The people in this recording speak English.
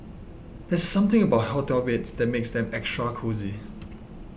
there's something about hotel beds that makes them extra cosy